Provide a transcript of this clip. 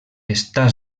està